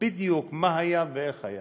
בדיוק מה היה ואיך היה,